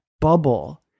bubble